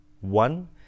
one